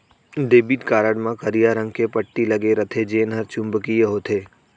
debit card म करिया रंग के पट्टी लगे रथे जेन हर चुंबकीय होथे